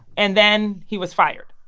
and then he was fired.